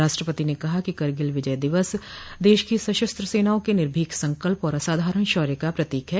राष्ट्रपति ने कहा है कि करगिल विजय दिवस देश की सशस्त्र सेनाओं के निर्भीक संकल्प और असाधारण शौर्य का प्रतीक है